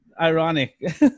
Ironic